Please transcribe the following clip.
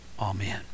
Amen